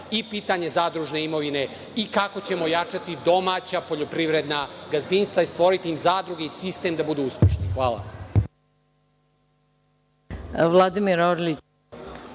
i pitanje zadružne imovine, i kako ćemo ojačati domaća poljoprivredna gazdinstva i stvoriti zadruge i sistem da budu uspešni. Hvala.